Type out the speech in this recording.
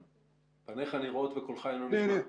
פנייך נראות וקולך אינו נשמע.